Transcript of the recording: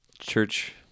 Church